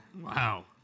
Wow